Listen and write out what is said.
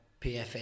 PFA